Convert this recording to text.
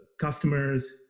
customers